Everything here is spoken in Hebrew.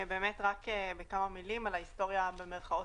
באמת רק כמה מילים על ההיסטוריה "העדכנית"